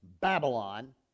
Babylon